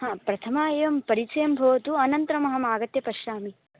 हा प्रथमम् एवं परिचयं भवतु अनन्तरम् अहम् आगत्य पश्यामि